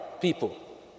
people